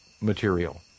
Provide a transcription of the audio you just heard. material